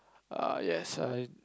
err yes I